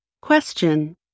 Question